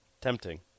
tempting